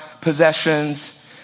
possessions